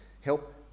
help